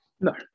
No